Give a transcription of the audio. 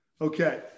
Okay